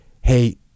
hey